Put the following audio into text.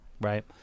Right